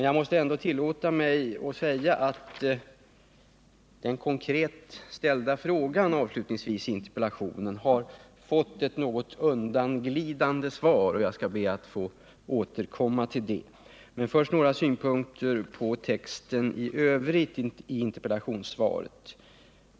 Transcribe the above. Jag måste ändå tillåta mig att säga att den konkret ställda frågan i interpellationens avslutning har fått ett något undanglidande svar. Jag skall be att få återkomma till det. Först några synpunkter på texten i övrigt i interpellationssvaret.